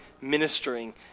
ministering